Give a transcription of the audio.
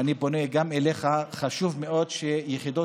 ואני פונה גם אליך: חשוב מאוד שגם ביחידות